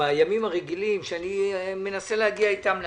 בימים הרגילים כשאני מנסה להגיע איתם להסכמות,